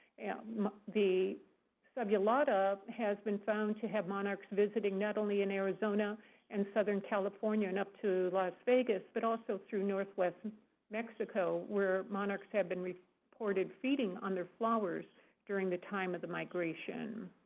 um the subulata has been found to have monarchs visiting, not only in arizona and southern california and up to las vegas, but also through northwestern mexico, where monarchs have been reported feeding on their flowers during the time of the migration.